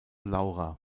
laura